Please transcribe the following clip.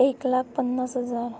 एक लाख पन्नास हजार